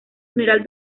general